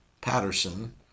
Patterson